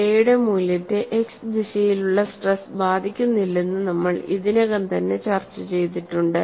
K യുടെ മൂല്യത്തെ x ദിശയിലുള്ള സ്ട്രെസ് ബാധിക്കുന്നില്ലെന്നു നമ്മൾ ഇതിനകം തന്നെ ചർച്ച ചെയ്തിട്ടുണ്ട്